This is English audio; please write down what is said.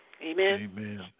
Amen